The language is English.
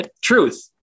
truth